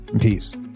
peace